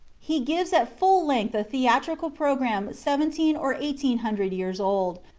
he gives at full length a theatrical program seventeen or eighteen hundred years old,